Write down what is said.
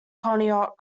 conneaut